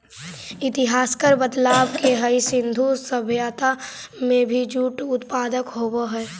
इतिहासकार बतलावऽ हई कि सिन्धु सभ्यता में भी जूट के उत्पादन होवऽ हलई